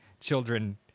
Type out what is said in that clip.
children